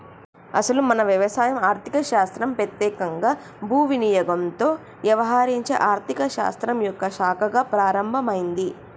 అసలు మన వ్యవసాయం ఆర్థిక శాస్త్రం పెత్యేకంగా భూ వినియోగంతో యవహరించే ఆర్థిక శాస్త్రం యొక్క శాఖగా ప్రారంభమైంది